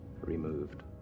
removed